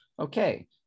Okay